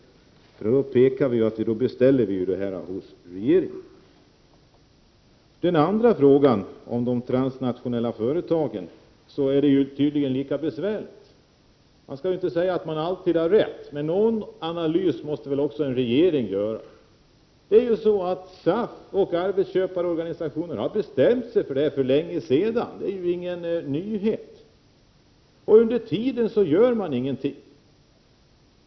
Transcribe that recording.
Avslå då inte kravet när det är dags att fatta beslut! När det gäller den andra frågan, den om de transnationella företagen, är det tydligen lika besvärligt. Man skall naturligtvis inte säga att man alltid har rätt, men någon analys måste väl också en regering göra! Det är ju så att SAF och arbetsköparorganisationerna för länge sedan har bestämt sig för detta — det är ingen nyhet. Under tiden gör man ingenting.